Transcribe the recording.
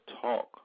talk